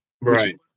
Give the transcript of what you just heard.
Right